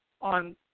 on